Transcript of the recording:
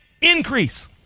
increase